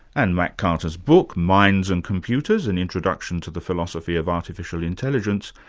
and matt carter's book minds and computers an introduction to the philosophy of artificial intelligence,